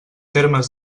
termes